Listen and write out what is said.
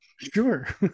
Sure